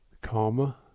karma